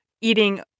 eating